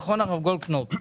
נכון, הרב גולדקנופ?